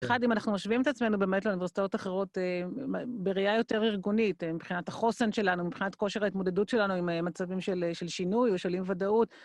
אחד, אם אנחנו משווים את עצמנו באמת לאוניברסיטאות אחרות בראיה יותר ארגונית, מבחינת החוסן שלנו, מבחינת כושר ההתמודדות שלנו עם מצבים של שינוי או של אי וודאות,